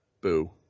boo